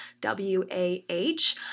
W-A-H